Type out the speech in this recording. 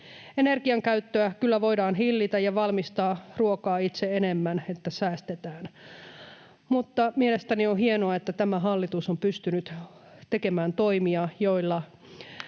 Energiankäyttöä kyllä voidaan hillitä ja valmistaa ruokaa itse enemmän, että säästetään, mutta mielestäni on hienoa, että tämä hallitus on pystynyt tekemään toimia, joilla